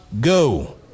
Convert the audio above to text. Go